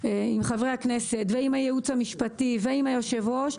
עם חברי הכנסת ועם הייעוץ המשפטי ועם היושב-ראש.